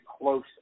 close